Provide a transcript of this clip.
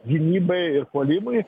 gynybai ir puolimui